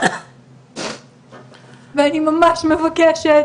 ואני ממש מבקשת